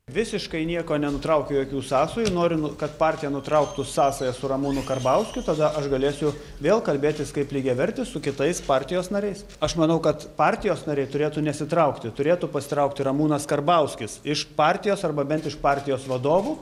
visiškai nieko nenutraukiu jokių sąsajų noriu nu kad partija nutrauktų sąsajas su ramūnu karbauskiu tada aš galėsiu vėl kalbėtis kaip lygiavertis su kitais partijos nariais aš manau kad partijos nariai turėtų nesitraukti turėtų pasitraukti ramūnas karbauskis iš partijos arba bent iš partijos vadovų